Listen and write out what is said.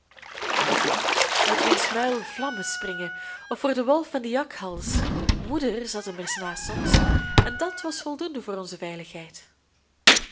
uit wiens muil vlammen springen of voor den wolf en den jakhals moeder zat immers naast ons en dat was voldoende voor onze veiligheid